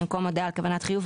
במקום הודעה על כוונת חיוב,